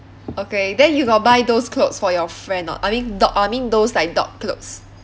okay then you got buy those clothes for your friend not I mean dog I mean those like dog clothes